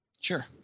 Sure